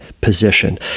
position